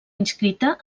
inscrita